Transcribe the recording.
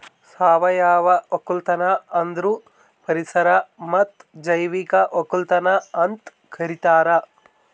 ಸಾವಯವ ಒಕ್ಕಲತನ ಅಂದುರ್ ಪರಿಸರ ಮತ್ತ್ ಜೈವಿಕ ಒಕ್ಕಲತನ ಅಂತ್ ಕರಿತಾರ್